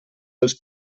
dels